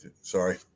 Sorry